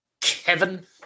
Kevin